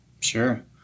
Sure